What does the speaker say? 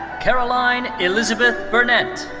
caroline elizabeth burnette.